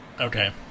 Okay